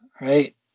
Right